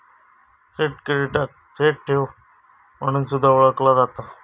थेट क्रेडिटाक थेट ठेव म्हणून सुद्धा ओळखला जाता